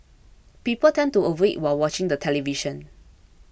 people tend to overeat while watching the television